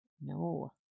no